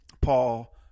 Paul